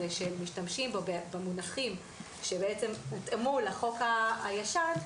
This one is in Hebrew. שמשתמשים בו במונחים שבעצם הותאמו לחוק הישן,